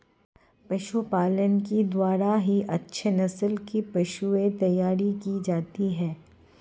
पशुपालन के द्वारा ही अच्छे नस्ल की पशुएं तैयार की जाती है